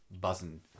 buzzing